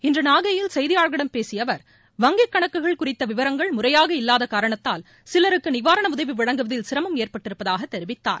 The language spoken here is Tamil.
இன்று நாகையில் செய்தியாளர்களிடம் பேசிய அவர் வங்கிக் கணக்குகள் குறித்த விவரங்கள் முறையாக இல்லாத காரணத்தால் சிலருக்கு நிவாரண உதவி வழங்குவதில் சிரமம் ஏற்பட்டிருப்பதாக தெரிவித்தார்